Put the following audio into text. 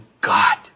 God